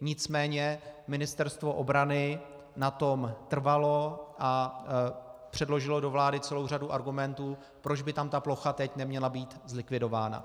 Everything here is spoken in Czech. Nicméně Ministerstvo obrany na tom trvalo a předložilo do vlády celou řady argumentů, proč by tam ta plocha teď neměla být zlikvidována.